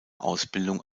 ausbildung